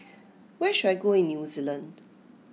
where should I go in New Zealand